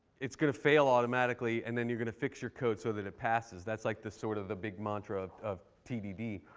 it's going to fail automatically. and then you're going to fix your code so that it passes. that's like the sort of the big mantra of tdd.